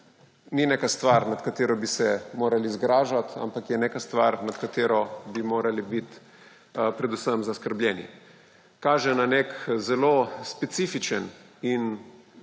ni neka stvar, nad katero bi se morali zgražati, ampak je neka stvar, nad katero bi morali biti predvsem zaskrbljeni. Kaže na nek zelo specifičen in